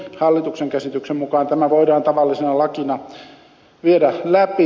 hallituksen käsityksen mukaan tämä voidaan tavallisena lakina viedä läpi